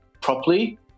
properly